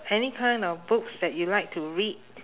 any kind of books that you like to read